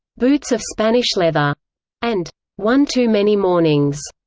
boots of spanish leather and one too many mornings.